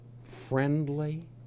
friendly